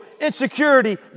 insecurity